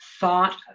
thought